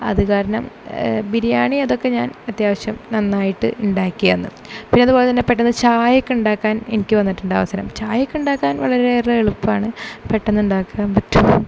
അത് കാരണം ബിരിയാണി അതൊക്കെ ഞാൻ അത്യാവശ്യം നന്നായിട്ട് ഉണ്ടാക്കിയന്ന് പിന്നെ അതുപോലെ തന്നെ പെട്ടെന്നു ചായ ഒക്കെ ഉണ്ടാക്കാൻ എനിക്കു വന്നിട്ടുണ്ട് അവസരം ചായയൊക്കെ ഉണ്ടാക്കാൻ വളരെ ഏറെ എളുപ്പമാണ് പെട്ടെന്ന് ഉണ്ടാക്കാൻ പറ്റും